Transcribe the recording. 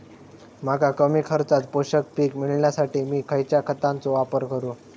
मका कमी खर्चात पोषक पीक मिळण्यासाठी मी खैयच्या खतांचो वापर करू?